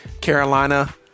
Carolina